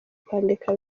kwandika